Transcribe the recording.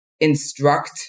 instruct